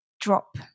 drop